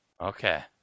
Okay